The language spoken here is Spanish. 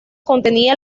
contenía